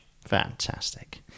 Fantastic